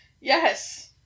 Yes